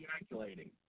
ejaculating